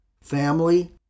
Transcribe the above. family